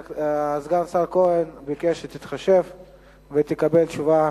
סגן השר כהן ביקש שתתחשב ותקבל תשובה